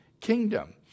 kingdom